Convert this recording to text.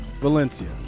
Valencia